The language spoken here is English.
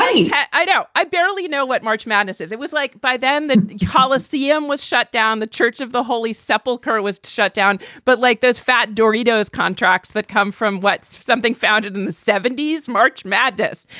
i yeah i know. i barely know what march madness is. it was like. by then, the coliseum was shut down. the church of the holy sepulchre was shut down but like those fat doritos contracts that come from what? something founded in the seventy s march madness.